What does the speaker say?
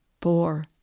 four